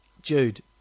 Jude